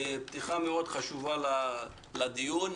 פתיחה מאוד חשובה לדיון.